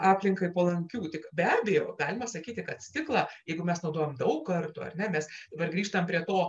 aplinkai palankių tik be abejo galime sakyti kad stiklą jeigu mes naudojam daug kartų ar ne mes dabar grįžtam prie to